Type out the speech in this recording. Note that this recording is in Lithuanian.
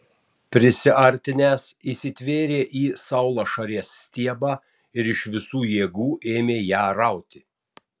prisiartinęs įsitvėrė į saulašarės stiebą ir iš visų jėgų ėmė ją rauti